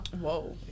Whoa